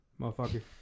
motherfucker